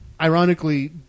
ironically